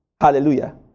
Hallelujah